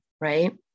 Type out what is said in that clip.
Right